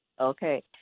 okay